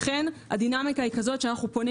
לכן הדינמיקה היא כזו שאנו פונים